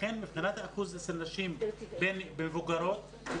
לכן מבחינת האחוז אצל נשים מבוגרות הוא